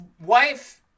wife